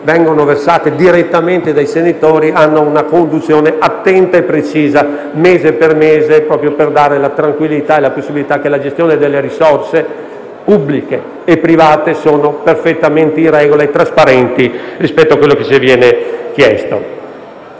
le somme versate direttamente dai senatori c'è una conduzione attenta e precisa, mese per mese, proprio per tranquillizzare sul fatto che la gestione delle risorse pubbliche e private è perfettamente in regola e trasparente rispetto a quanto ci viene chiesto.